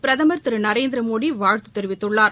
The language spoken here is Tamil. பிரதமர் திரு நரேந்திரமோடி வாழ்த்து தெரிவித்துள்ளார்